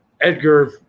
Edgar